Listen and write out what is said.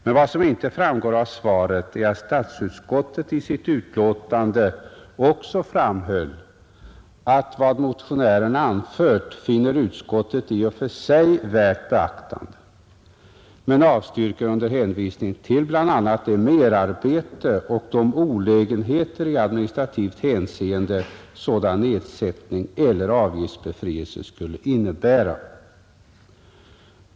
Men vad som inte framgår av svaret är att statsutskottet i sitt utlåtande också framhöll, att vad motionärerna anfört finner utskottet i och för sig värt beaktande, men utskottet avstyrker under hänvisning till bl.a. det merarbete och de olägenheter i administrativt hänseende som sådan nedsättning eller avgiftsbefrielse skulle innebära.